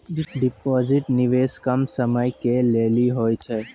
Deposit निवेश कम समय के लेली होय छै?